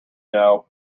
know